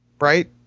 Right